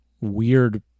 weird